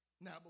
Now